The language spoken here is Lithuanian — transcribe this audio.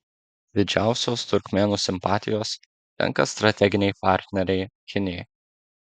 didžiausios turkmėnų simpatijos tenka strateginei partnerei kinijai